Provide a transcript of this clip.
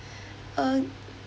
uh